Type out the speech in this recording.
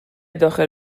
داخل